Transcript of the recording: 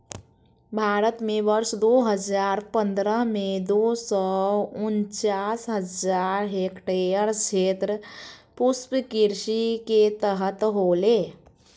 भारत में वर्ष दो हजार पंद्रह में, दो सौ उनचास हजार हेक्टयेर क्षेत्र पुष्पकृषि के तहत होले